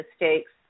mistakes